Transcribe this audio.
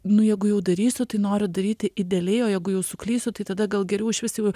nu jeigu jau darysiu tai noriu daryti idealiai o jeigu jau suklysiu tai tada gal geriau išvis jau